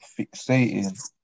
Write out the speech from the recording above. fixating